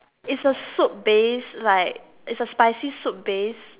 it's a soup base like it's a spicy soup base